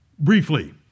Briefly